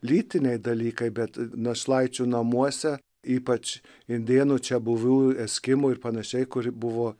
lytiniai dalykai bet našlaičių namuose ypač indėnų čiabuvių eskimų ir panašiai kur buvo